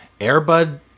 Airbud